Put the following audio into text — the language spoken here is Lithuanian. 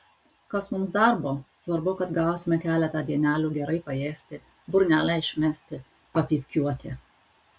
kas mums darbo svarbu kad gausime keletą dienelių gerai paėsti burnelę išmesti papypkiuoti